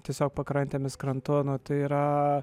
tiesiog pakrantėmis krantu nu tai yra